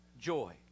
joy